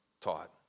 taught